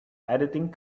editing